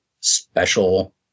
special